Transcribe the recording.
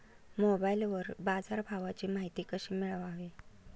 मोबाइलवर बाजारभावाची माहिती कशी मिळवावी?